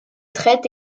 traite